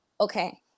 okay